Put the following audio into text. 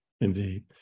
Indeed